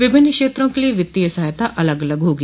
विभिन्न क्षत्रों के लिए वित्तीय सहायता अलग अलग होगी